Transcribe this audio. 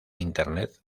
internet